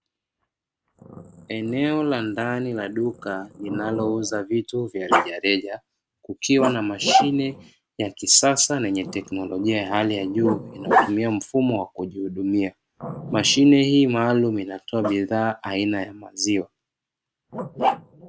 Eneo la ndani la duka linalouza vitu vya rejareja kukiwa na mashine ya kisasa yenye teknolojia ya hali ya juu inayotumia mfumo wa kujihudumia. Mashine hii maalumu inatoa bidhaa aina ya maziwa.